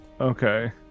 Okay